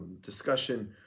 discussion